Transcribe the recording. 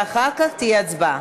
ואחר כך תהיה הצבעה,